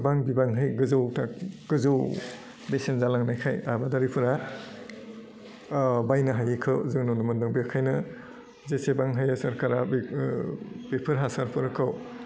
गोबां बिबांहै गोजौ गोजौ बेसेन जालांनायखाय आबादारिफोरा बायनो हायैखौ जोङो नुनो मोनदों बेखायनो जेसेबां हायो सरकारा बेखौ बेफोर हासारफोरखौ